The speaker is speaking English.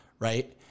Right